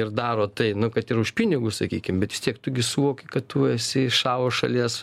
ir daro tai nu kad ir už pinigus sakykim bet vis tiek tu gi suvoki kad tu esi šavo šalies